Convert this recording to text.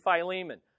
Philemon